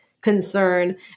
concern